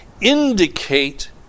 indicate